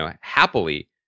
happily